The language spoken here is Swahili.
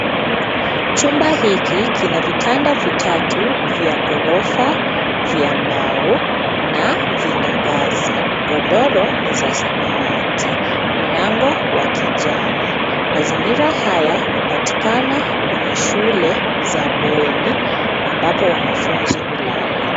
Chumba hiki kina vitanda vitatu vya ghorofa vya mbao na vina ngazi, godoro ni za samawati, mlango wa kijani. Mazingira haya hupatikana kwenye shule za bweni ambapo wanafunzi hulala.